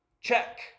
Check